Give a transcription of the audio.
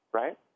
right